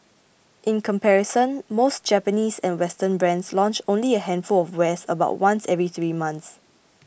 in comparison most Japanese and Western brands launch only a handful of wares about once every three months